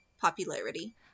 popularity